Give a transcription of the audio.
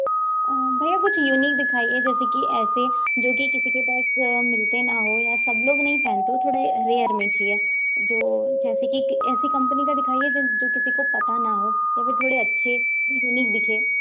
भैया कुछ यूनिक दिखाइए जैसे कि ऐसे जो कि किसी के पास मिलते ना हों या सब लोग नहीं पहनते हों थोड़ा रेयर में चाहिए जो जैसे कि ऐसी कंपनी का दिखाइए जो किसी को पता ना हों या फिर थोड़े अच्छे यूनिक दिखें